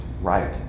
right